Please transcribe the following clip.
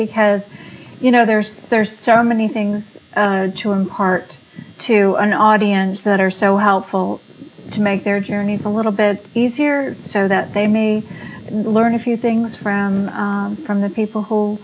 because you know there's there's so many things to impart to an audience that are so helpful to make their journeys a little bit easier so that they maybe learn a few things from from the people who